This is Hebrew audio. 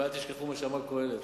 ואל תשכחו מה שאמר קהלת.